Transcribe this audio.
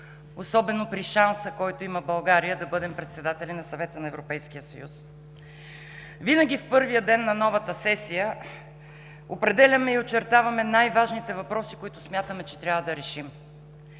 особено при шанса, който има България, да бъдем председатели на Съвета на Европейския съюз! Винаги в първия ден на новата сесия определяме и очертаваме най-важните въпроси, които смятаме, че трябва да решим.